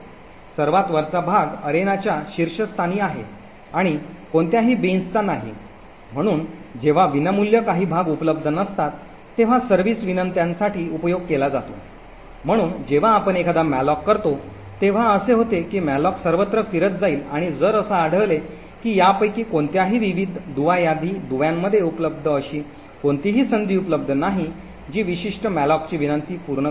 सर्वात वरचा भाग अरेनाच्या शीर्षस्थानी आहे आणि कोणत्याही बीन्सचा नाही म्हणून जेव्हा विनामूल्य काही भाग उपलब्ध नसतात तेव्हा सर्व्हिस विनंत्यांसाठी उपयोग केला जातो म्हणून जेव्हा आपण एखादा मॅलोक करतो तेव्हा असे होते की मॅलोक सर्वत्र फिरत जाईल आणि जर असे आढळले की यापैकी कोणत्याही विविध दुवा यादी दुव्यामध्ये उपलब्ध अशी कोणतीही संधी उपलब्ध नाही जी विशिष्ट मॅलोकची विनंती पूर्ण करू शकेल